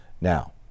Now